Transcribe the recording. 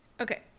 okay